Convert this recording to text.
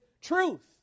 truth